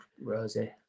rosie